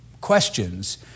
questions